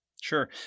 Sure